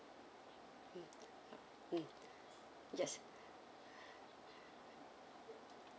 mm mm yes